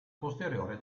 posteriore